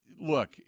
Look